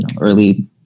early